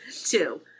Two